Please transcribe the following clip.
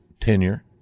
tenure